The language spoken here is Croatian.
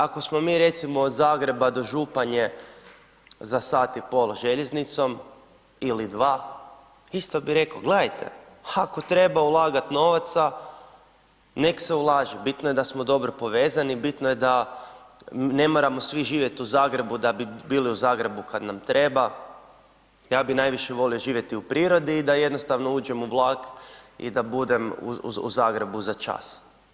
Ako smo mi recimo od Zagreba do Županje za 1,5 sat željeznicom ili 2 isto bi reko gledajte ako treba ulagat novaca nek se ulaže, bitno je da smo dobro povezani, bitno je da, ne moramo svi živjeti u Zagrebu da bi bili u Zagrebu kad nam treba, ja bi najviše volio živjeti u prirodi i da jednostavno uđem u vlak i da budem u Zagrebu za čas.